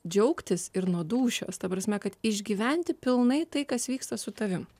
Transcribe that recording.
džiaugtis ir nuo dūšios ta prasme kad išgyventi pilnai tai kas vyksta su tavim